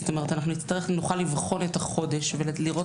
זאת אומרת אנחנו נוכל לבחון את החודש ולראות